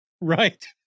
Right